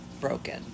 broken